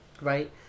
Right